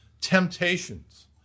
temptations